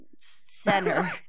Center